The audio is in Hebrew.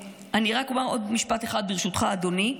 ברשותך, אדוני,